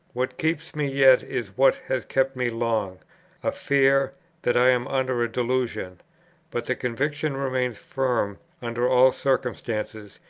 what keeps me yet is what has kept me long a fear that i am under a delusion but the conviction remains firm under all circumstances,